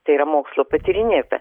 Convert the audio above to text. tai yra mokslo patyrinėta